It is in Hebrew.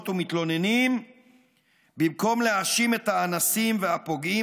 ומתלוננים במקום להאשים את האנסים והפוגעים,